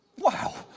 wow.